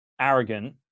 arrogant